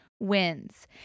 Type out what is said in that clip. wins